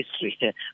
history